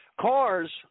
Cars